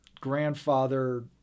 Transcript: grandfather